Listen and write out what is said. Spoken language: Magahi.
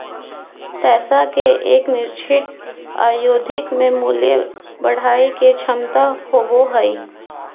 पैसा के एक निश्चित अवधि में मूल्य बढ़य के क्षमता होबो हइ